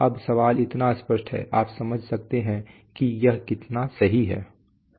अब सवाल इतना स्पष्ट है आप समझ सकते हैं कि यह कितना सही है